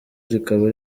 rikaba